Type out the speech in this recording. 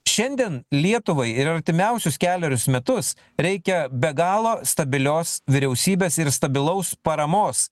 šiandien lietuvai ir artimiausius kelerius metus reikia be galo stabilios vyriausybės ir stabilaus paramos